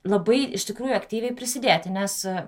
labai iš tikrųjų aktyviai prisidėti nes